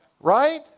right